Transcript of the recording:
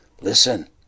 listen